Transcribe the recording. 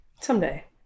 Someday